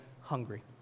hungry